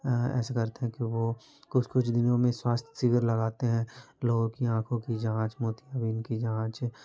ऐसे करते हैं कि वो कुछ कुछ दिनों में स्वास्थ्य शिविर लगाते हैं लोगों की आँखों की जाँच मोतियाबिंद की जाँच